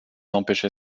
empêcher